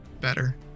better